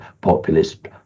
populist